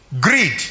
Greed